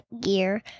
gear